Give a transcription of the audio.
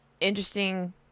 interesting